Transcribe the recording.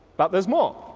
but there's more.